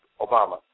Obama